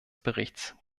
berichts